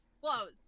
Close